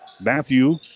Matthew